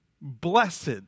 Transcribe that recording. Blessed